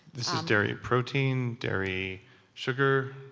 this is dairy protein, dairy sugar,